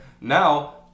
Now